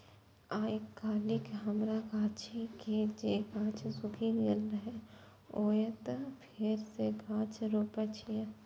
आइकाल्हि हमरा गाछी के जे गाछ सूखि गेल रहै, ओतय फेर सं गाछ रोपै छियै